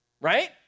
right